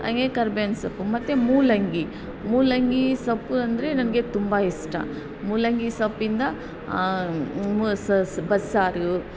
ಹಂಗೆ ಕರ್ಬೇವಿನ ಸೊಪ್ಪು ಮತ್ತು ಮೂಲಂಗಿ ಮೂಲಂಗಿ ಸೊಪ್ಪು ಅಂದರೆ ನನಗೆ ತುಂಬ ಇಷ್ಟ ಮೂಲಂಗಿ ಸೊಪ್ಪಿಂದ ಬಸ್ಸಾರು